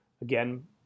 Again